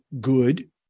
good